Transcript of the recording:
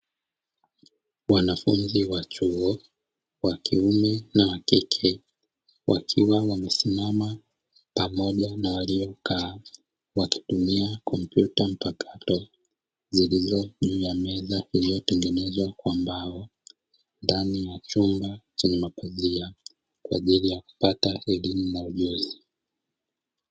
Wanafunzi wa chuo wa kiume na wa kike wakiwa wamesimama pamoja na waliokaa wakitumia kompyuta mpakato zilizo juu ya meza zilizotengenezwa kwa mbao ndani ya chumba chenye mapanzia kwa ajili ya kupata elimu na ujuzi.